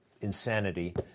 insanity